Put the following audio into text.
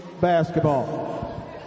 basketball